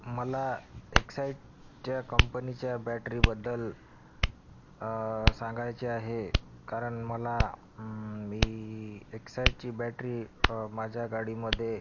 मला एक्साईटच्या कंपनीच्या बॅटरीबद्दल सांगायचे आहे कारण मला मी एक्साईटची बॅटरी माझ्या गाडीमध्ये